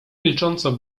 milcząco